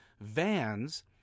vans